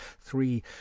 three